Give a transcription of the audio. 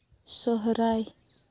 ᱥᱚᱨᱦᱟᱭ